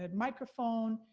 and microphone,